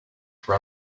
for